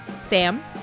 Sam